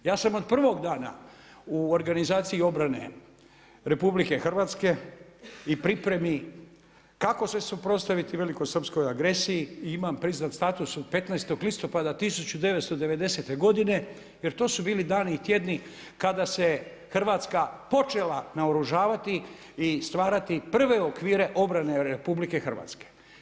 Ja sam od prvog dana u organizaciji obrane RH i pripremi kako se suprotstaviti velikosrpskoj agresiji i imam priznat status od 15. listopada 1990. godine jer to su bili dani i tjedni kad se Hrvatska počela naoružavati i stvarati prve okvire obrane RH.